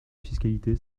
fiscalité